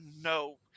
No